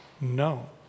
No